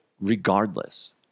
regardless